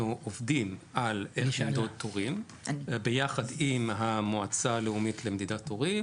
אנחנו עובדים על איך למדוד תורים ביחד עם המועצה הלאומית למדידת תורים,